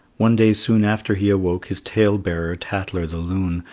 one day soon after he awoke, his tale-bearer tatler the loon,